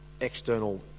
external